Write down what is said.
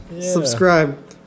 Subscribe